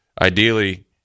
ideally